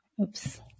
Oops